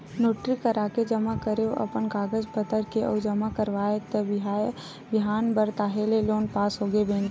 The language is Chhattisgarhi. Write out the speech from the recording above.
नोटरी कराके जमा करेंव अपन कागज पतर के अउ जमा कराएव त बिहान भर ताहले लोन पास होगे बेंक ले